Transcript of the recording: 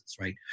right